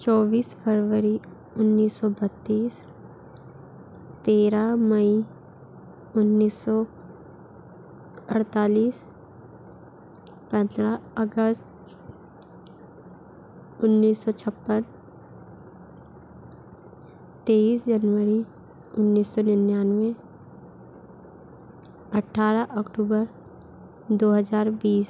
चौवीस फरवरी उन्नीस सौ बत्तीस तेरह मई उन्नीस सौ अड़तालीस पंद्रह अगस्त उन्नीस सौ छप्पन तेईस जनवरी उन्नीस सौ निन्यानवे अट्ठारह अक्टूबर दो हज़ार बीस